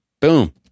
Boom